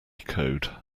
code